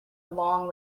long